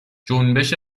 جنبش